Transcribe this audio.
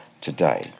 today